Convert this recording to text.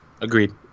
Agreed